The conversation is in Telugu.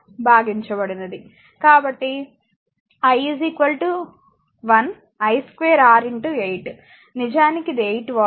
కాబట్టి కాబట్టి i 1 12 R 8 నిజానికి ఇది 8 వాట్